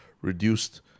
reduced